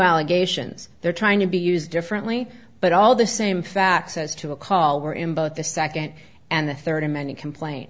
allegations they're trying to be used differently but all the same facts as to a call were in both the second and the third amended complaint